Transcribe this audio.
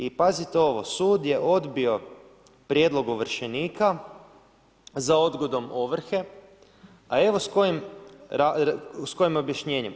I pazite ovo, sud je odbio prijedlog ovršenike, za odgodom ovrhe, a evo s kojim objašnjenjem.